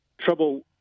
trouble